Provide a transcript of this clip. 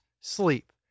sleep